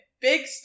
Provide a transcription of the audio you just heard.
Big